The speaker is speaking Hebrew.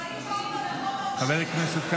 סעיף 4 לחוק העונשין --- חבר הכנסת כץ,